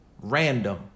random